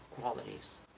qualities